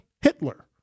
Hitler